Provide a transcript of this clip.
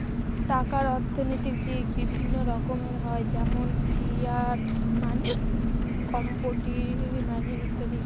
টাকার অর্থনৈতিক দিক বিভিন্ন রকমের হয় যেমন ফিয়াট মানি, কমোডিটি মানি ইত্যাদি